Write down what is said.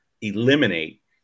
eliminate